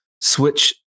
switch